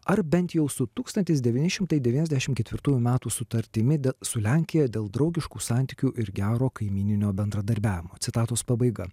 ar bent jau su tūkstantis devyni šimtai devyniasdešimt ketvirtųjų metų sutartimi su lenkija dėl draugiškų santykių ir gero kaimyninio bendradarbiavimo citatos pabaiga